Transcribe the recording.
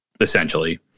essentially